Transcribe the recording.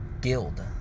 Guild